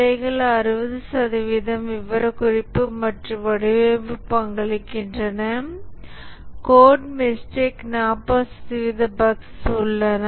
பிழைகள் 60 சதவிகிதம் விவரக்குறிப்பு மற்றும் வடிவமைப்பு பங்களிக்கின்றன கோட் மிஸ்டேக்ஸ் 40 சதவீத பஃக்ஸ் உள்ளன